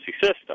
system